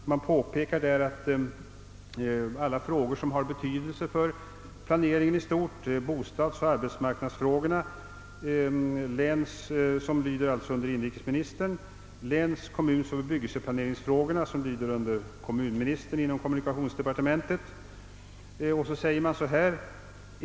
Tidskriften pekar på de frågor som har betydelse för planeringen i stort, bl.a. bostadsoch arbetsmarknadsfrågorna, som lyder under inrikesministern, och läns-, kommunoch bebyggelseplaneringsfrågorna, som lyder under kommunministern inom kommunikationsdepartementet.